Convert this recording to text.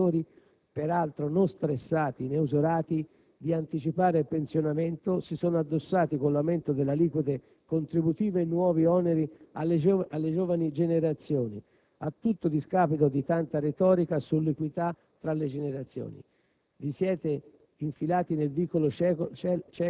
Per consentire a poche decine di migliaia di lavoratori, peraltro non stressati né usurati, di anticipare il pensionamento, si sono addossati con l'aumento delle aliquote contributive nuovi oneri alle giovani generazioni, a tutto discapito di tanta retorica sull'equità tra le generazioni.